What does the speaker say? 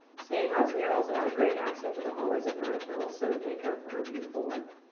snayha's murals add a great accent to the hallways of vernon hills so we thank her for her beautiful work.